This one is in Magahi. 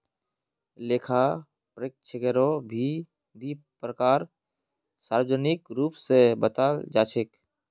लेखा परीक्षकेरो भी दी प्रकार सार्वजनिक रूप स बताल जा छेक